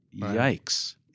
yikes